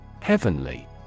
Heavenly